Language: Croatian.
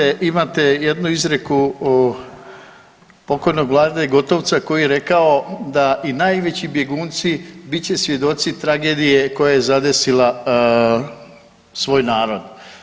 Imate, imate, imate jednu izreku pokojnog Vlade Gotovca koji je rekao da i najveći bjegunci bit će svjedoci tragedije koja je zadesila svoj narod.